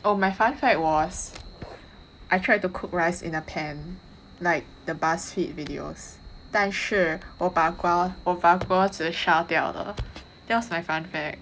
oh my fun fact was I tried to cook rice in a pan like the BuzzFeed videos 但是我把锅我把锅子烧掉了 that was my fun fact